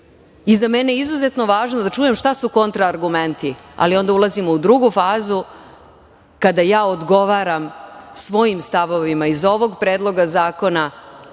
i za mene je izuzetno važno da čujem šta su kontra argumenti, ali onda ulazimo u drugu fazu kada ja odgovaram svojim stavovima iz ovog predloga zakona